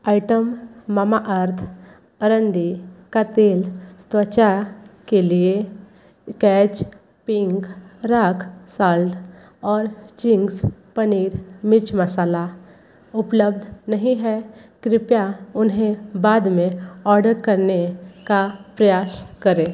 item Mamaearth अरंडी का तेल त्वचा के लिए कैच पिंक राक साल्ट और चिंग्स पनीर मिर्च मसाला उपलब्ध नहीं है कृपया उन्हें बाद में ऑर्डर करने का प्रयास करें